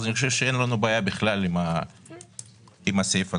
אז אני חושב שאין לנו בעיה בכלל עם הסעיף הזה.